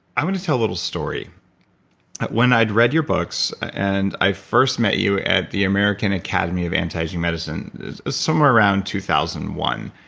i want to tell a little story when i'd read your books, and i first met you at the american academy of anti-aging medicine somewhere around two thousand and one.